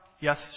Yes